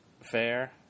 fair